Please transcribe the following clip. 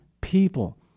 people